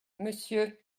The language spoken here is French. monsieur